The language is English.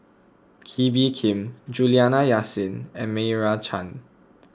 Kee Bee Khim Juliana Yasin and Meira Chand